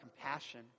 compassion